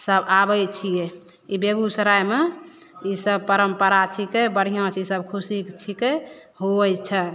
तब आबै छियै ई बेगुसरायमे इसब परम्परा छिकै बढ़िऑंसे इसब खुशीके छिकै होइ छै